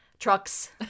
trucks